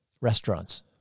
restaurants